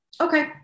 okay